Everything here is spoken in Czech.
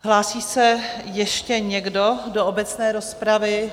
Hlásí se ještě někdo do obecné rozpravy?